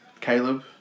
Caleb